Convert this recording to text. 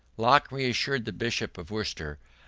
locke reassured the bishop of worcester,